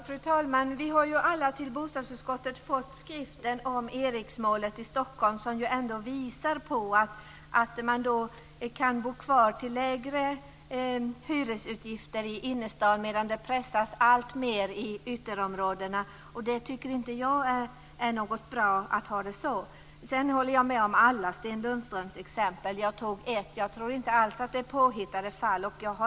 Fru talman! Vi har ju alla i bostadsutskottet fått skriften om S:t Eriksmålet i Stockholm, som visar på att människor kan bo kvar till lägre hyresutgifter i innerstaden medan de i ytterområdena pressas alltmer. Jag tycker inte att det är bra att ha det så. Sedan håller jag med Sten Lundström beträffande hans exempel, och jag tog själv ett exempel. Jag tror inte alls att det är påhittade fall.